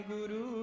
Guru